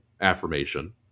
affirmation